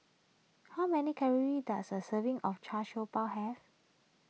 how many calories does a serving of Char Siew Bao have